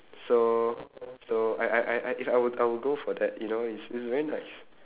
so so I I I I if I would I would go for that you know it's it's very nice